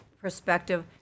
perspective